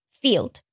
field，